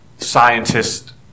scientists